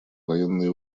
военные